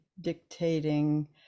dictating